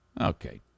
Okay